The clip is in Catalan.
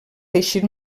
teixit